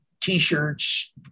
t-shirts